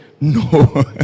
no